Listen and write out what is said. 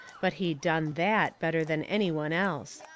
but he done that better than any one else.